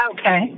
Okay